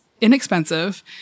inexpensive